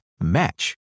match